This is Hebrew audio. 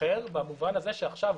אחר במובן הזה שעכשיו,